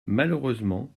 malheureusement